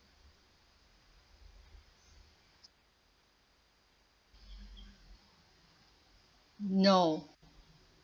no